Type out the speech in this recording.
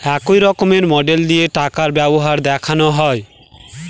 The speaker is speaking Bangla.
এক রকমের মডেল দিয়ে টাকার ব্যাপার দেখানো হয়